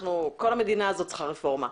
כל המדינה הזאת צריכה רפורמה.